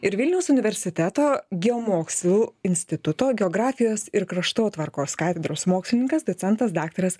ir vilniaus universiteto geomokslų instituto geografijos ir kraštotvarkos katedros mokslininkas docentas daktaras